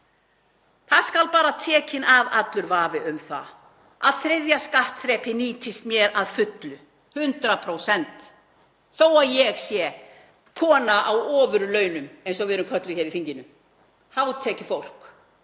Það skal bara tekinn af allur vafi um það að þriðja skattþrepið nýtist mér að fullu, 100%, þó að ég sé kona á ofurlaunum, eins og við erum kölluð í þinginu, hátekjufólk.